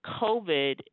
COVID